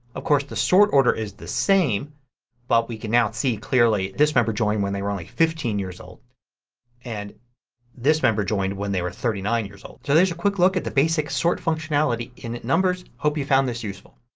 of course the sort order is the same but we could now see clearly the member joined when they were only fifteen years old and this member joined when they were thirty nine years old. so there's a quick look at the basic sort functionality in numbers. hope you found this useful.